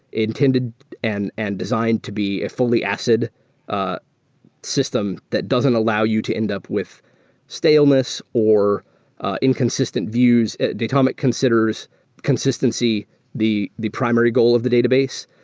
intended and and designed to be a fully acid ah system system that doesn't allow you to end up with staleness or inconsistent views datomic considers consistency the the primary goal of the database.